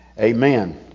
Amen